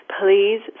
please